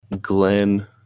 Glenn